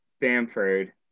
Bamford